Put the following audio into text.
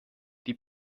die